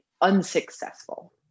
unsuccessful